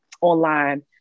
online